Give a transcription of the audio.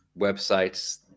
websites